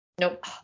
Nope